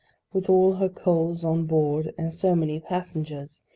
with all her coals on board and so many passengers,